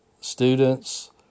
students